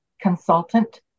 consultant